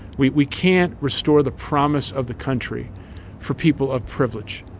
we we can't restore the promise of the country for people of privilege.